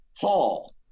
Paul